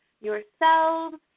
yourselves